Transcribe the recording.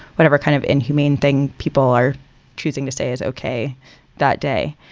whatever kind of inhumane thing people are choosing to say is okay that day.